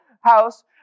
house